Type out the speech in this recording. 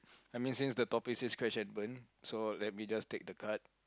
I mean since the topic says crash and burn so let me just take the card